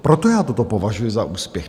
Proto já toto považuji za úspěch.